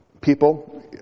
people